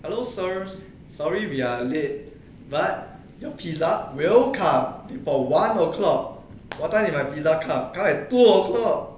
hello sirs sorry we are late but your pizza will come before one o'clock what time did my pizza come coming at two o'clock